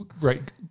Right